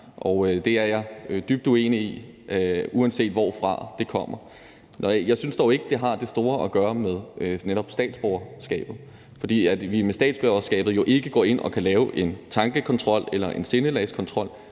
og det er jeg dybt enig i, uanset hvorfra det kommer. Jeg synes dog ikke, det har det store at gøre med netop statsborgerskabet, fordi vi jo med tildelingen af statsborgerskab ikke kan gå ind og lave en tankekontrol eller en sindelagskontrol